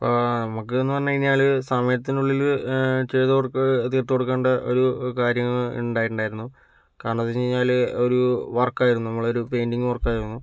ഇപ്പോൾ നമുക്കെന്നു പറഞ്ഞു കഴിഞ്ഞാൽ സമയത്തിനുള്ളിൽ ചെയ്തുകൊടുത്തു തീർത്തുകൊടുക്കേണ്ട ഒരു കാര്യങ്ങൾ ഉണ്ടായിട്ടുണ്ടായിരുന്നു കാരണമെന്തെന്നുവച്ചു കഴിഞ്ഞാല് ഒരു വർക്കായിരുന്നു നമ്മളെ ഒരു പെയിൻറ്റിങ് വർക്കായിരുന്നു